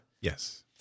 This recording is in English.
Yes